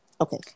Okay